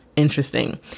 interesting